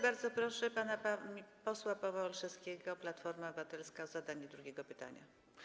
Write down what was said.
Bardzo proszę pana posła Pawła Olszewskiego, Platforma Obywatelska, o zadanie drugiego pytania.